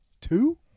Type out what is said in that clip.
two